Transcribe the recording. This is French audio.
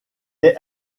est